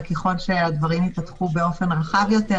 וככל שהדברים ייפתחו באופן רחב יותר,